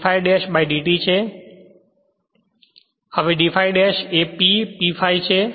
તેથી d ∅ dash એ P P ∅ છે